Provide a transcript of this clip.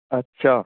ਅੱਛਾ